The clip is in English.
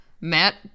Matt